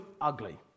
ugly